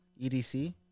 EDC